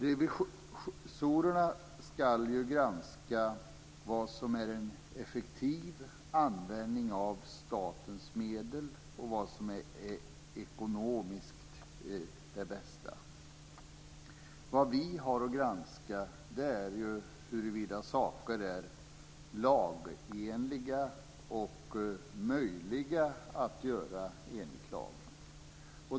Revisorerna ska granska vad som är en effektiv användning av statens medel och vad som är det bästa ekonomiskt. Det vi har att granska är huruvida saker är lagenliga och möjliga att göra enligt lagen.